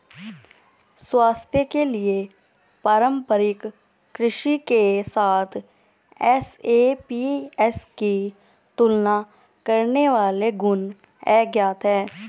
स्वास्थ्य के लिए पारंपरिक कृषि के साथ एसएपीएस की तुलना करने वाले गुण अज्ञात है